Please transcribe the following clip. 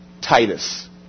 Titus